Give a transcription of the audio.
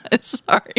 Sorry